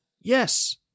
Yes